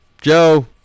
Joe